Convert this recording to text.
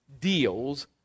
deals